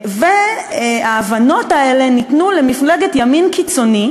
וההבנות האלה ניתנו למפלגת ימין קיצוני,